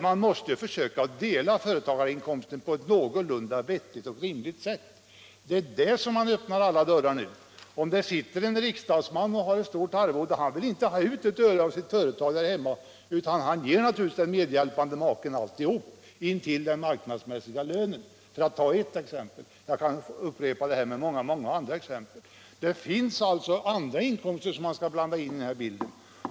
Man måste försöka dela företagarinkomsten på ett någorlunda vettigt och rimligt sätt. Det är där man öppnar alla dörrar nu. Låt oss anta att en riksdagsman, som ju har ett stort arvode, är företagare. Han vill kanske inte ta ut ett öre från företaget utan vill ge den medhjälpande maken hela inkomsten intill den marknadsmässiga lönen. Det är ett exempel — jag skulle kunna ta många andra. Man måste alltså här ta hänsyn till andra inkomster.